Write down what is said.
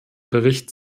bericht